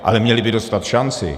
Ale měli by dostat šanci.